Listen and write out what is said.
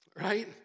Right